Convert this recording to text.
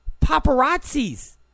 paparazzis